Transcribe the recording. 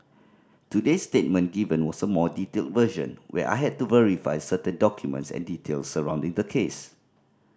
today's statement given was a more detailed version where I had to verify certain documents and details surrounding the case